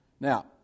Now